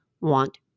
want